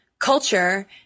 culture